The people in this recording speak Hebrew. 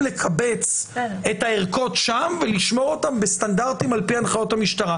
לקבץ את הערכות שם ולשמור אותן בסטנדרטים לפי הנחיות המשטרה.